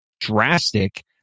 drastic